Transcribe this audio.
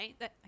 Right